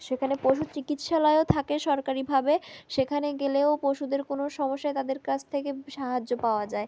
সেখানে পশু চিকিৎসালয়ও থাকে সরকারিভাবে সেখানে গেলেও পশুদের কোনো সমস্যা তাদের কাছ থেকে সাহায্য পাওয়া যায়